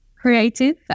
creative